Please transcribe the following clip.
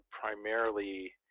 primarily